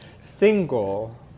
Single